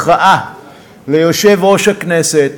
מחאה ליושב-ראש הכנסת: